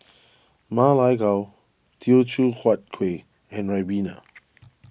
Ma Lai Gao Teochew Huat Kueh and Ribena